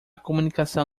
comunicação